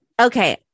Okay